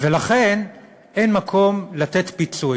ולכן אין מקום לתת פיצוי.